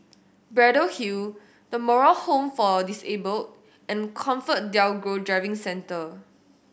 Braddell Hill The Moral Home for Disabled and ComfortDelGro Driving Centre